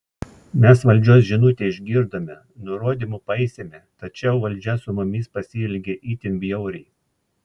mes valdžios žinutę išgirdome nurodymų paisėme tačiau valdžia su mumis pasielgė itin bjauriai